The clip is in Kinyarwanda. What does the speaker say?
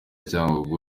cyangugu